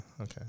okay